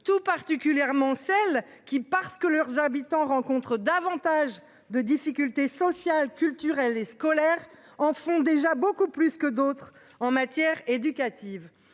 tout particulièrement celles qui parce que leurs habitants rencontrent davantage de difficultés sociales, culturelles et scolaires en font déjà beaucoup plus que d'autres en matière éducative